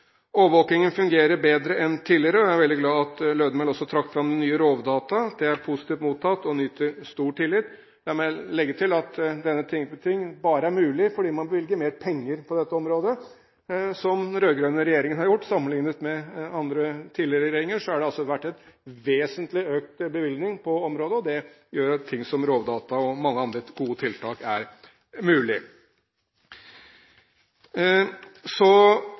Overvåkingen fungerer bedre enn tidligere, og jeg er veldig glad for at Lødemel også trakk fram det nye Rovdata. Det er positivt mottatt og nyter stor tillit. La meg legge til at dette «ting for ting» bare er mulig fordi man bevilger mer penger på dette området – som den rød-grønne regjeringen har gjort. Sammenlignet med andre, tidligere regjeringer har det altså vært vesentlig økt bevilgning på området, og det gjør at ting som Rovdata og mange andre gode tiltak er mulig. Så